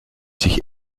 sich